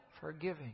Forgiving